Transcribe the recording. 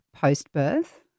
post-birth